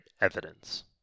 Evidence